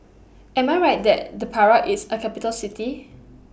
Am I Right that The Prague IS A Capital City